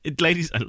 ladies